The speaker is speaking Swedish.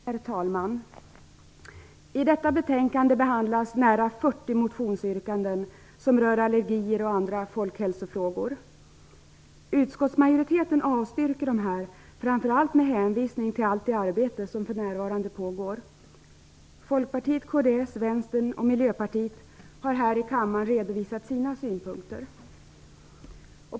Herr talman! I detta betänkande behandlas nära 40 motionsyrkanden som rör allergier och andra folkhälsofrågor. Utskottsmajoriteten avstyrker dessa, framför allt med hänvisning till allt det arbete som pågår för närvarande. Folkpartiet, kds, Vänstern och Miljöpartiet har här i kammaren redovisat sina synpunkter.